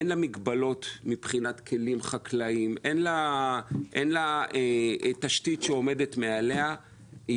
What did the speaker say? אין לה מגבלות מבחינת כלים חקלאיים; אין לה תשתית שעומדת מעליה.